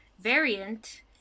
variant